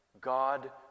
God